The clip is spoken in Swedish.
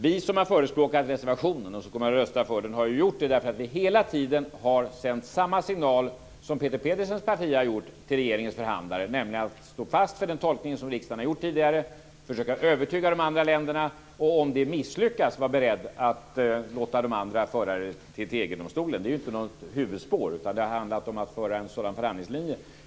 Vi som har förespråkat reservationen och som kommer att rösta för den har gjort det därför att vi hela tiden har sänt samma signal som Peter Pedersens parti har gjort till regeringens förhandlare, nämligen att man ska stå fast vid den tolkning som riksdagen har gjort tidigare, försöka övertyga de andra länderna och om det misslyckas vara beredd att låta de andra föra ärendet till EG-domstolen. Det är inte något huvudspår, utan det har handlat om att föra en sådan förhandlingslinje.